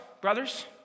brothers